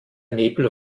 nebel